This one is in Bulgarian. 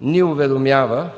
ни уведомява,